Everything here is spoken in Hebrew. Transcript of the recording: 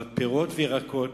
אבל פירות וירקות,